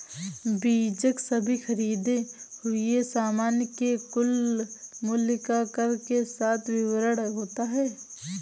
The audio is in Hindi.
बीजक सभी खरीदें हुए सामान के कुल मूल्य का कर के साथ विवरण होता है